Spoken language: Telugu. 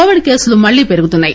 కోవిడ్ కేసులు మల్లీ పెరుగుతున్నాయి